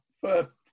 first